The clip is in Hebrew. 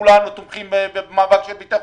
וכולנו תומכים במאבק של בתי החולים,